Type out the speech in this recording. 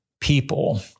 people